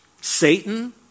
Satan